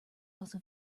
also